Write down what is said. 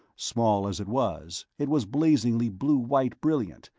small as it was, it was blazingly blue-white brilliant,